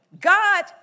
God